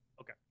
Okay